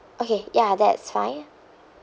okay ya that's fine